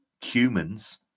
humans